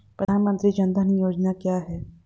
प्रधानमंत्री जन धन योजना क्या है?